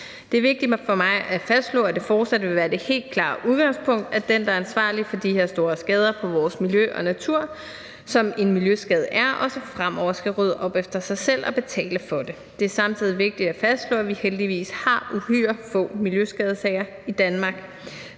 Det er vigtigt for mig at fastslå, at det fortsat vil være det helt klare udgangspunkt, at den, der er ansvarlig for de her store skader på vores miljø og natur, som en miljøskade er, også fremover skal rydde op efter sig selv og betale for det. Det er samtidig vigtigt at fastslå, at vi heldigvis har uhyre få miljøskadesager i Danmark.